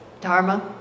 dharma